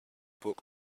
book